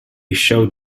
showed